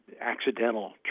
accidental